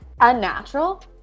unnatural